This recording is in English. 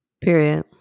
Period